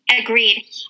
Agreed